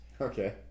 Okay